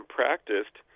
practiced